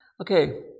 Okay